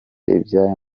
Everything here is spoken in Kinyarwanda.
iby’aya